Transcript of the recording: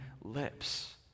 lips